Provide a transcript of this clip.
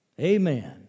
Amen